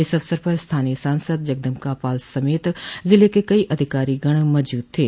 इस अवसर पर स्थानीय सांसद जगदम्बिकापाल समेत जिल के कई अधिकारीगण मौजूद थे